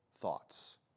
thoughts